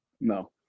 No